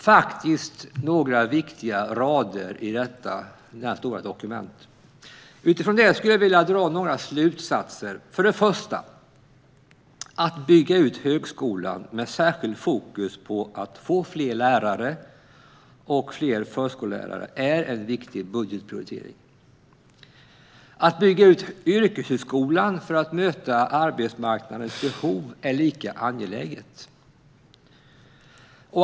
Det är viktiga rader i detta stora dokument. Utifrån det skulle jag vilja dra några slutsatser. Att bygga ut högskolan med särskilt fokus på att få fler lärare och fler förskollärare är en viktig budgetprioritering. Att bygga ut yrkeshögskolan för att möta arbetsmarknadens behov är lika angeläget.